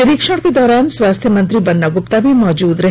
निरीक्षण के दौरान स्वास्थ्य मंत्री बन्ना गुप्ता भी मौजूद रहे